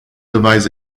divides